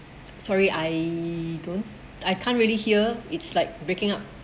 sorry I don't I can't really hear it's like breaking up